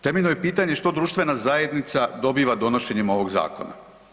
Temeljno je pitanje, što društvena zajednica dobiva donošenjem ovog zakona?